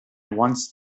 once